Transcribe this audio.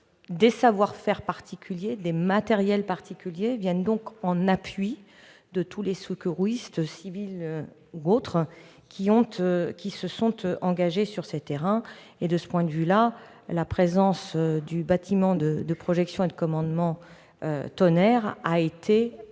Des savoir-faire et des matériels particuliers viennent donc en appui de tous les secouristes, civils ou autres, qui se sont engagés sur ces terrains. De ce point de vue, la présence du bâtiment de projection et de commandement a été un